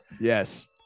Yes